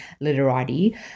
literati